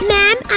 Ma'am